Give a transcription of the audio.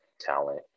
talent